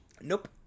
Nope